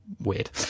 weird